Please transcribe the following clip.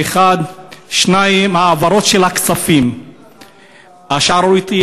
זה, 1. 2. העברות הכספים השערורייתיות.